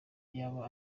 yaba